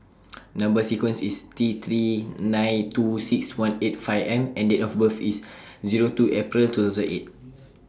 Number sequence IS T three nine two six one eight five M and Date of birth IS Zero two April two thousand eight